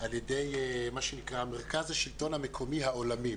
על ידי מה שנקרא מרכז השלטון המקומי העולמי.